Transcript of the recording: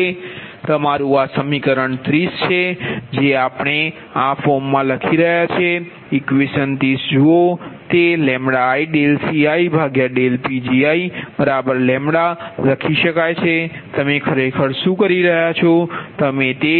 હવે તમારું આ સમીકરણ 30 છે જે આપણે આ ફોર્મમાં લખી રહ્યા છીએ ઇક્વેશન 30 જુઓ તે LidCidPgi λ લખી શકાય છે તમે ખરેખર શું કરી રહ્યા છે તમે તે